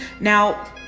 Now